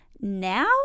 now